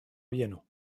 bieno